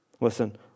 Listen